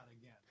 again